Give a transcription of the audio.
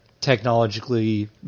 technologically